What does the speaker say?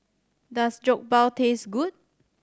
does Jokbal taste good